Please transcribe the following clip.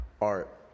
art